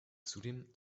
zudem